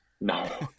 No